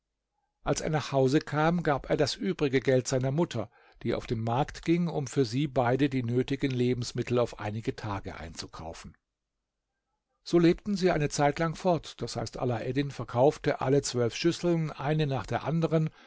als er nach hause kam gab er das übrige geld seiner mutter die auf den markt ging um für sie beide die nötigen lebensmittel auf einige tage einzukaufen so lebten sie eine zeitlang fort d h alaeddin verkaufte alle zwölf schüsseln eine nach der andern